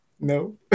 No